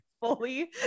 fully